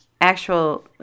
actual